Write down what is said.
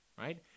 right